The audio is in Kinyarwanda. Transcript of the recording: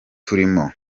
turimo